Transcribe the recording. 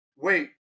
wait